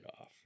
off